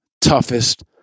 toughest